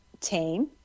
team